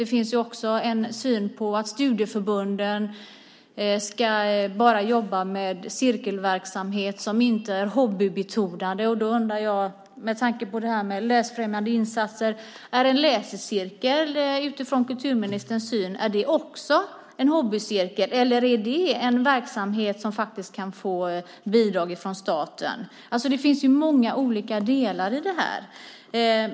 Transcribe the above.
Det finns ju en syn som handlar om att studieförbunden bara ska jobba med cirkelverksamhet som inte är hobbybetonad, och då undrar jag med tanke på det här med läsfrämjande insatser: Är en läsecirkel utifrån kulturministerns synsätt en hobbycirkel eller är det en verksamhet som faktiskt kan få bidrag från staten? Det finns många olika delar i det här.